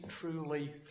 truly